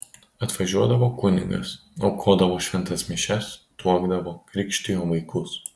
atvažiuodavo kunigas aukodavo šventas mišias tuokdavo krikštijo vaikus